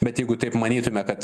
bet jeigu taip manytume kad